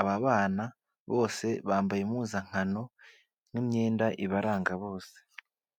aba bana bose bambaye impuzankano n'imyenda ibaranga bose.